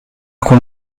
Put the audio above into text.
con